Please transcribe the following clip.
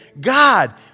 God